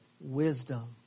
wisdom